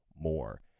more